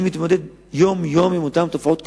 אני מתמודד יום-יום עם אותן תופעות קשות,